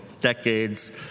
decades